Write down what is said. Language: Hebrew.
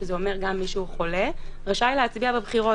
שזה אומר גם מיש חולה, רשאי להצביע בבחירות.